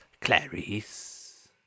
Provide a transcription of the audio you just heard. Clarice